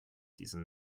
diesen